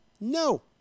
No